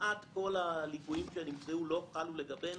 כמעט כל הליקויים שנמצאו לא חלו לגבינו,